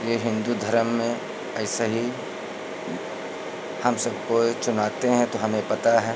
ले हिन्दू धर्म में ऐसे ही हम सब कोई चुनाते हैं तो हमें पता है